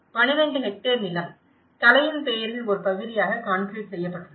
12 hectare நிலம் கலையின் பெயரில் ஒரு பகுதியாக கான்கிரீட் செய்யப்பட்டுள்ளது